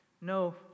No